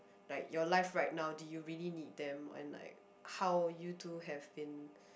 like your life right now do you really need them and like how you two have been